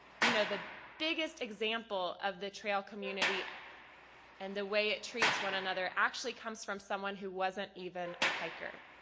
you know, the biggest example of the trail community and the way it treats one another actually comes from someone who wasn't even a hiker.